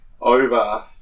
over